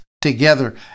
together